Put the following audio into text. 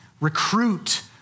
recruit